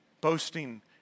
Boasting